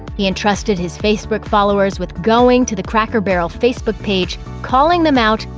he entrusted his facebook followers with going to the cracker barrel facebook page, calling them out,